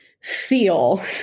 feel